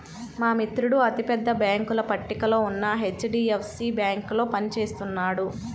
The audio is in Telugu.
మా మిత్రుడు అతి పెద్ద బ్యేంకుల పట్టికలో ఉన్న హెచ్.డీ.ఎఫ్.సీ బ్యేంకులో పని చేస్తున్నాడు